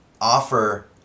offer